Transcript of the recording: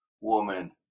woman